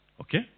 Okay